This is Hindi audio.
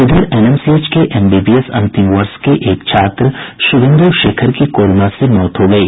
इधर एनएमसीएच के एमबीबीएस अंतिम वर्ष के एक छात्र शुभेन्दु शेखर की कोरोना से मौत हो गयी